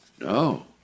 No